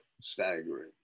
staggering